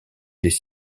des